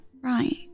Right